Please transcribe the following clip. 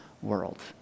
world